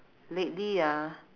lately ah